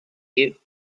you